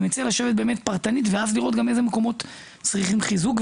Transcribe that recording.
אני מציע לשבת פרטנית ואז גם לראות אילו מקומות צריכים חיזוק,